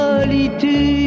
solitude